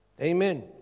Amen